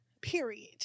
period